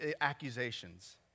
accusations